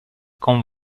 con